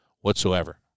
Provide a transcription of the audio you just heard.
whatsoever